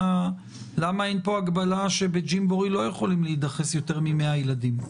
למה אין פה הגבלה שבג'ימבורי לא יכולים להידחס יותר מ-100 ילדים?